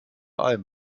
alm